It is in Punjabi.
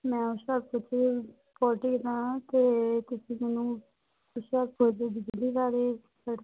ਮੈਂ ਹੁਸ਼ਿਆਰਪੁਰ ਤੋਂ ਬੋਲਦੀ ਹਾਂ ਅਤੇ ਤੁਸੀਂ ਮੈਨੂੰ ਹੁਸ਼ਿਆਰਪੁਰ ਦੇ ਜ਼ਿਲ੍ਹੇ ਬਾਰੇ